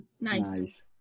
nice